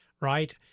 right